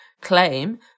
claim